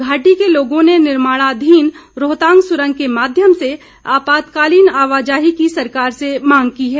घाटी के लोगों ने निर्माणाधीन रोहतांग सूरंग के माध्यम से आपातकालीन आवाजाही की सरकार से मांग की है